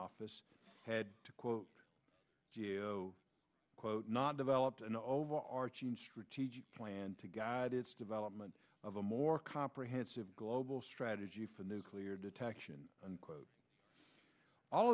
office had to quote quote not developed an overarching strategic plan to guide its development of a more comprehensive global strategy for nuclear detection unquote all